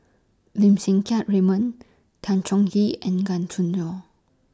Lim Siang Keat Raymond Tan Chong Tee and Gan Choo Neo